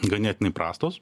ganėtinai prastos